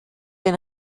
den